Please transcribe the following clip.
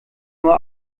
nur